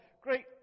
great